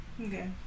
okay